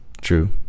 true